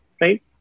Right